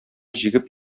җигеп